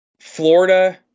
Florida